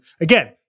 again